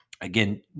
again